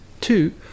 two